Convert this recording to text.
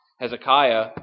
Hezekiah